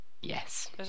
Yes